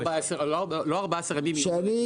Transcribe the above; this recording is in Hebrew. לא 14 ימים מיום ההזמנה.